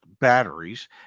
batteries